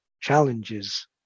challenges